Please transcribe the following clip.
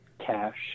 cash